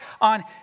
on